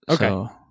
Okay